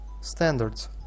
Standards